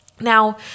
Now